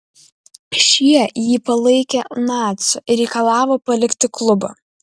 šie jį palaikė naciu ir reikalavo palikti klubą